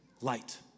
light